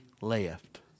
left